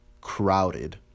crowded